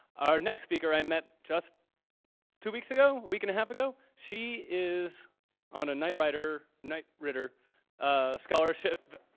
our next speaker, i met just two weeks ago? a week and a half ago? she is on a knight ridder knight ridder ah scholarship